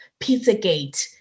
pizzagate